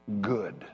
good